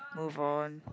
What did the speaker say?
move on